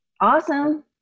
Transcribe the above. awesome